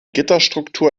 gitterstruktur